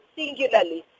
singularly